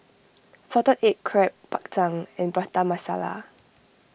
Salted Egg Crab Bak Chang and Prata Masala